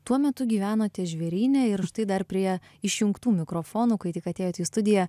tuo metu gyvenote žvėryne ir štai dar prie išjungtų mikrofonų kai tik atėjot į studiją